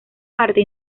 parte